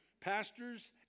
pastors